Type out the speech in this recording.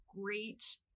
great